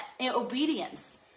obedience